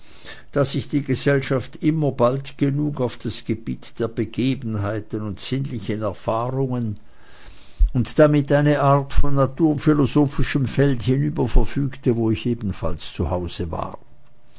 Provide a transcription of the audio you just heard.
da sich die gesellschaft immer bald genug auf das gebiet der begebenheiten und sinnlichen erfahrungen und damit auf eine art von naturphilosophischem feld hinüberverfügte wo ich ebenfalls zu hause war